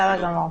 בסדר גמור.